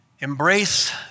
embrace